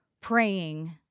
praying